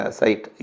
site